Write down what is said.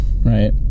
right